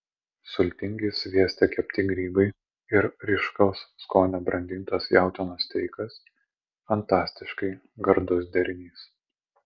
sultingi svieste kepti grybai ir ryškaus skonio brandintas jautienos steikas fantastiškai gardus derinys